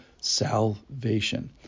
salvation